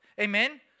Amen